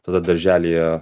tada darželyje